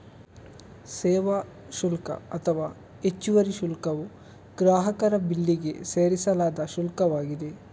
ಸೇವಾ ಶುಲ್ಕ ಅಥವಾ ಹೆಚ್ಚುವರಿ ಶುಲ್ಕವು ಗ್ರಾಹಕರ ಬಿಲ್ಲಿಗೆ ಸೇರಿಸಲಾದ ಶುಲ್ಕವಾಗಿದೆ